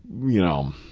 you know,